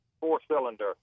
four-cylinder